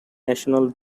national